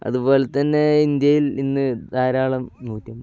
അതുപോലെത്തന്നെ ഇന്ത്യയിൽ ഇന്ന് ധാരാളം നൂറ്റമ്പത്